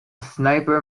sniper